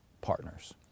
partners